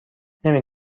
نمی